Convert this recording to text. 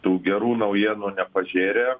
tų gerų naujienų nepažėrė